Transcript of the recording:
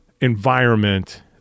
environment